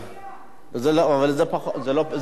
אבל זה פחות מ-3 מיליון.